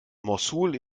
mossul